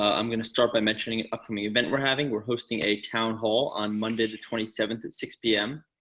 i'm going to start by mentioning upcoming event. we're having we're hosting a town hall on monday, the twenty seventh at six pm